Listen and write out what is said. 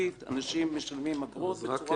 אנשים משלמים אגרות בצורה מסודרת.